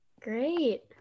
Great